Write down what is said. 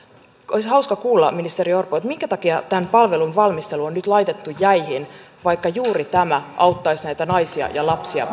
olisi hauska kuulla ministeri orpo minkä takia tämän palvelun valmistelu on nyt laitettu jäihin vaikka juuri tämä auttaisi näitä naisia ja lapsia